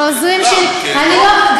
אני מצדיע לך.